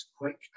quick